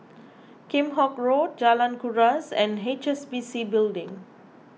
Kheam Hock Road Jalan Kuras and H S B C Building